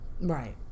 right